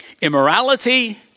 Immorality